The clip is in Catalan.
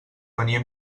venia